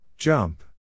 Jump